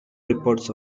reports